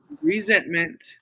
resentment